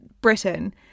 britain